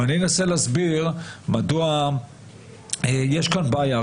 ואני אנסה להסביר מדוע יש כאן בעיה.